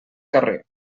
carrer